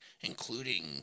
including